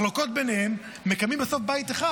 מחלוקות ביניהן, מקימים בסוף בית אחד.